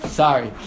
sorry